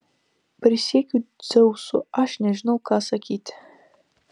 prisiekiu dzeusu aš nežinau ką sakyti